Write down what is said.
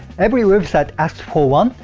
every website asks for one.